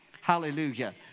hallelujah